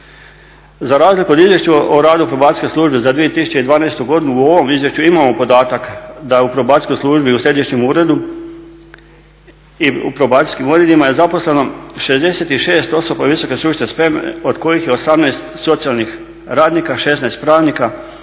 Za razliku od Izvješća o radu probacijske službe za 2012. godinu u ovom izvješću imamo podatak da je u probacijskoj službi u središnjem uredu i probacijskim uredima je zaposleno 66 osoba visoke stručne spreme od kojih je 18 socijalnih radnika, 16 pravnika,